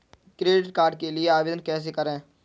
Credit card के लिए आवेदन कैसे करें?